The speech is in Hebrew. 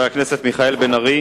של חבר הכנסת מיכאל בן-ארי: